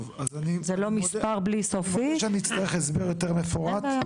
אני חושב שאני אצטרך הסבר יותר מפורט,